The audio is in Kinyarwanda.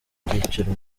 byiciro